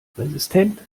resistent